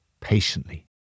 patiently